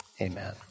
Amen